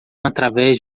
através